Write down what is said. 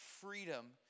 freedom